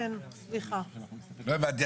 לא הבנתי.